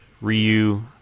Ryu